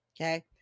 Okay